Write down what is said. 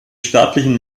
staatlichen